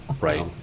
Right